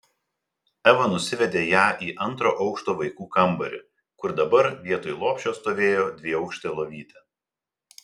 eva nusivedė ją į antro aukšto vaikų kambarį kur dabar vietoj lopšio stovėjo dviaukštė lovytė